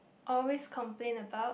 always complain about